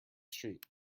street